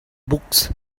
books